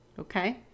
Okay